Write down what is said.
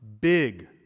big